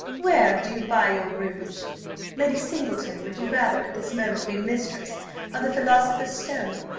where do you buy your rouge lady singleton, would you rather at this moment be mistress of the philosopher's stone,